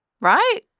right